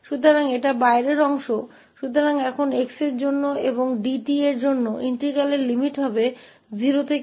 तो x के लिए हमारा अभिन्न अब सीमा 0 से ∞ होगी और 𝑑𝑡 भाग के लिए यहहोगी x2 से इस तक